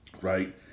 right